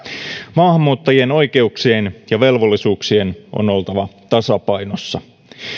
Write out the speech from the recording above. maahanmuuttajien oikeuksien ja velvollisuuksien on oltava tasapainossa